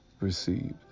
received